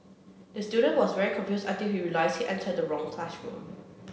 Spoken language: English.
the student was very confused until he realised he entered the wrong classroom